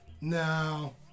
No